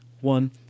one